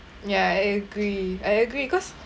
ya I agree I agree cause